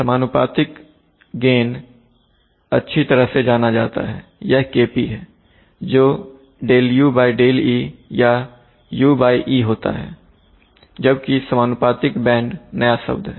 समानुपातिक लाभ अच्छी तरह से जाना जाता है यह Kp है जो Δ u Δ e या ue होता है जबकि समानुपातिक बैंड नया शब्द है